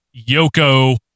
Yoko